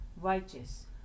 righteous